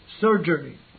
surgery